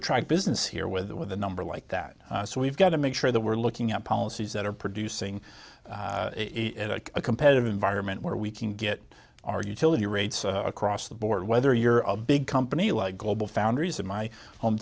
attract business here with a number like that so we've got to make sure that we're looking at policies that are producing a competitive environment where we can get our utility rates across the board whether you're a big company like global foundries in my home